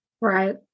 Right